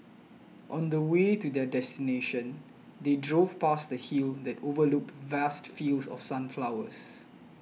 on the way to their destination they drove past a hill that overlooked vast fields of sunflowers